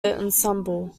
ensemble